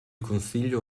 consiglio